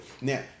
Now